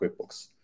QuickBooks